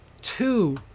Two